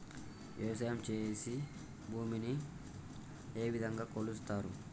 వ్యవసాయం చేసి భూమిని ఏ విధంగా కొలుస్తారు?